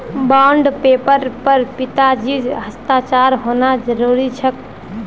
bond पेपरेर पर पिताजीर हस्ताक्षर होना जरूरी छेक